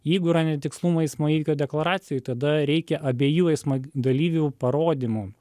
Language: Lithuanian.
jeigu yra netikslumų eismo įvykio deklaracijoj tada reikia abiejų eismo dalyvių parodymų